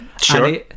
sure